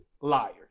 liars